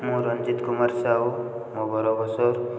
ମୁଁ ରଞ୍ଜିତ କୁମାର ସାହୁ ମୋ ଘର ବସର